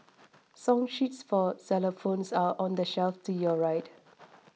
song sheets for xylophones are on the shelf to your right